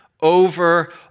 over